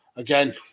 Again